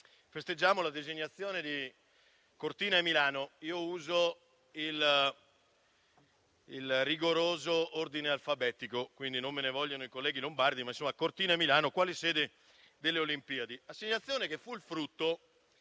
festeggiammo la designazione di Cortina e Milano - uso il rigoroso ordine alfabetico, quindi non me ne vogliano i colleghi lombardi - quale sede delle Olimpiadi.